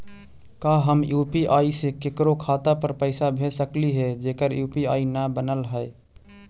का हम यु.पी.आई से केकरो खाता पर पैसा भेज सकली हे जेकर यु.पी.आई न बनल है?